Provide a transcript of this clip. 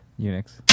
Unix